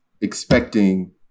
expecting